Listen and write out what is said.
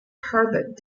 herbert